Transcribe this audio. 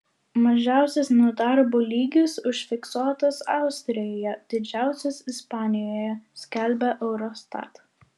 mažiausias nedarbo lygis užfiksuotas austrijoje didžiausias ispanijoje skelbia eurostat